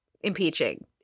impeaching